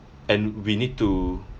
and we need to